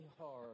hard